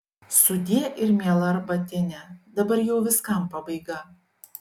sudie ir miela arbatine dabar jau viskam pabaiga